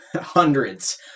hundreds